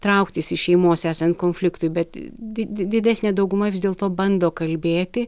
trauktis iš šeimos esant konfliktui bet di didesnė dauguma vis dėlto bando kalbėti